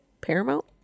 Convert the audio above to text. Paramount